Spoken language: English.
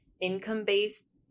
income-based